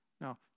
Now